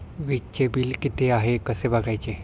वीजचे बिल किती आहे कसे बघायचे?